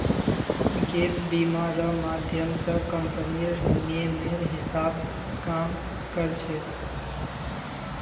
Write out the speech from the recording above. gap बीमा र माध्यम स कम्पनीर नियमेर हिसा ब काम कर छेक